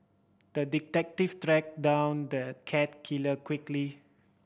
the detective tracked down the cat killer quickly